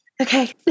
okay